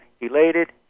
elated